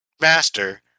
master